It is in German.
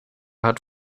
hat